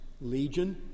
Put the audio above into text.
Legion